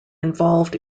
involved